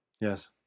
Yes